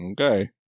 Okay